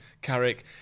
Carrick